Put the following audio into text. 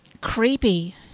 creepy